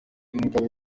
ingabo